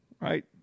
right